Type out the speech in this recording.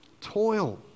toil